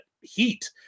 heat